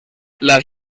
las